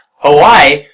hawaii!